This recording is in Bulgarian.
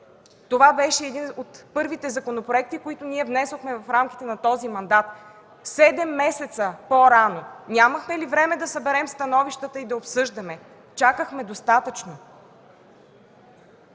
Това беше един от първите законопроекти, които ние внесохме в рамките на този мандат седем месеца по-рано. Нямахме ли време да съберем становищата и да обсъждаме? Чакахме достатъчно.